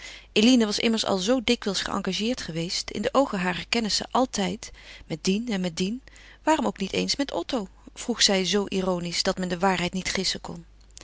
eline was immers al zoo dikwijls geëngageerd geweest in de oogen harer kennissen altijd met dien en met dien waarom ook niet eens met otto vroeg zij zoo ironisch dat men de waarheid niet gissen kon